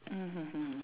mmhmm hmm